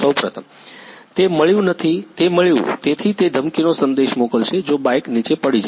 સૌપ્રથમ તે મળ્યું તેથી તે ધમકીનો સંદેશ મોકલશે જો બાઇક નીચે પડી જશે